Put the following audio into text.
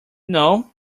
know